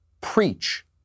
preach